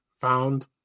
found